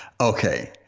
Okay